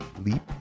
leap